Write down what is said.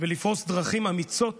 ולפרוס דרכים אמיצות